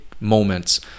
moments